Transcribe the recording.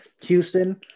Houston